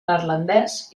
neerlandès